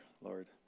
Lord